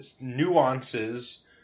nuances